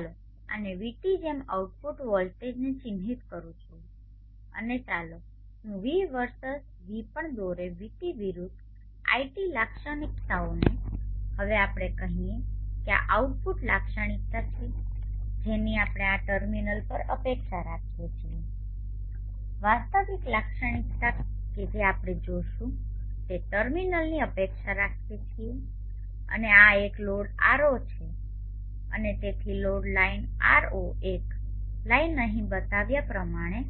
ચાલો આને vT જેમ આઉટપુટ વોલ્ટેજને ચિહ્નિત કરું છું અને ચાલો હું વિ વર્સસ વી પણ દોરે vT વિરુદ્ધ iT લાક્ષણિકતાઓને હવે આપણે કહીએ કે આ આઉટપુટ લાક્ષણિકતા છે જેની આપણે આ ટર્મિનલ પર અપેક્ષા રાખીએ છીએ વાસ્તવિક લાક્ષણિકતા કે જે આપણે જોશું તે ટર્મિનલની અપેક્ષા રાખીએ છીએ અને આ એક લોડ R0 છે અને તેથી લોડ લાઇન R0 એક લાઈનઅહીં બતાવ્યા પ્રમાણે